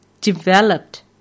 developed